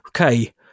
Okay